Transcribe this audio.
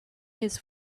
his